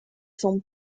son